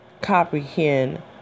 comprehend